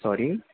sorry